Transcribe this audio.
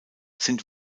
sind